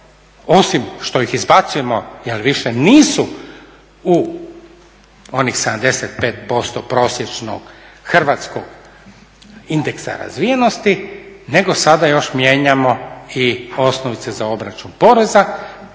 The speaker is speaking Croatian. osim što ih izbacujemo jer više nisu u onih 75% prosječnog Hrvatskog indeksa razvijenosti, nego sada još mijenjamo i osnovnice za obračun poreza